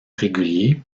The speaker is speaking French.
régulier